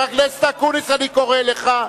אני קורא לך.